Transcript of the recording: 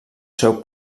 seu